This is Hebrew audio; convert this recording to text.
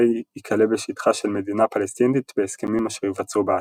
יכלל בשטחה של מדינה פלסטינית בהסכמים אשר ייווצרו בעתיד.